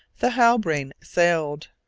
the halbrane sailed.